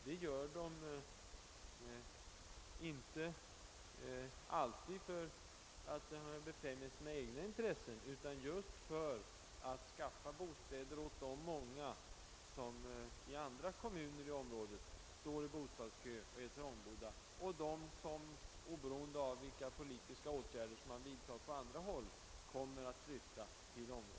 Detta gör kommunerna inte alltid för att befrämja sina egna intressen utan just för att skaffa bostäder åt de många människor som i andra kommuner i området står i bostadskö och är trångbodda, och åt dem som oberoende av vilka politiska åtgärder som vidtas på andra håll kommer att flytta till området.